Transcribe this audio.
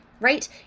right